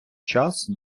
час